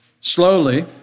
Slowly